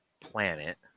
planet